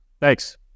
Thanks